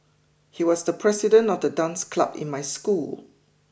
he was the president of the dance club in my school